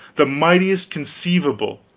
the mightiest conceivable,